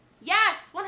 Yes